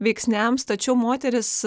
veiksniams tačiau moterys